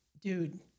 dude